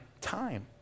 time